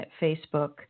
Facebook